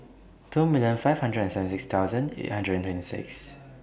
two million five hundred and seventy six thousand eight hundred and twenty six